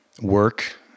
work